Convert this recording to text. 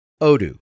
Odoo